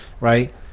Right